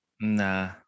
Nah